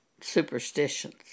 superstitions